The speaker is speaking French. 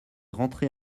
rentré